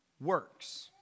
works